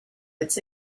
its